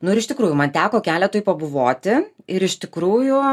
nu ir iš tikrųjų man teko keletoj pabuvoti ir iš tikrųjų